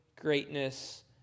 greatness